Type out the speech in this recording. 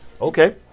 Okay